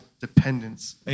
dependence